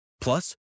Plus